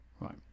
Right